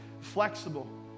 flexible